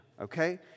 Okay